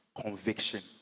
conviction